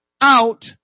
out